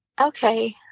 okay